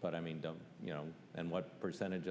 but i mean don't you know and what percentage